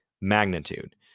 magnitude